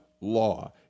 law